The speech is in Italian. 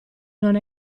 non